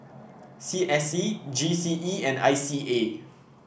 C S C G C E and I C A